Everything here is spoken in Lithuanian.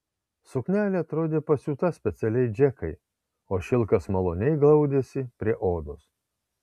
suknelė atrodė pasiūta specialiai džekai o šilkas maloniai glaudėsi prie odos